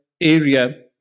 area